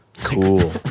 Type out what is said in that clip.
cool